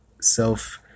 self